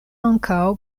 ankaŭ